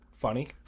Funny